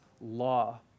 law